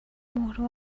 مهره